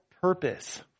purpose